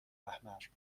احمر